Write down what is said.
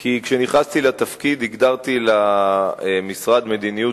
כי כשנכנסתי לתפקיד הגדרתי למשרד מדיניות